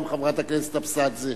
גם חברת הכנסת אבסדזה,